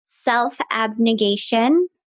self-abnegation